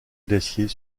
glacier